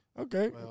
Okay